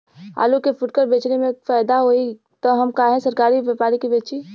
आलू के फूटकर बेंचले मे फैदा होई त हम काहे सरकारी व्यपरी के बेंचि?